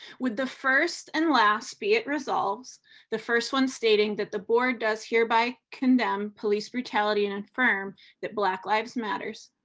with the first and last be it resolves the first one stating that the board does hereby condemn police brutality and confirm that black lives matter,